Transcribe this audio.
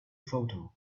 photo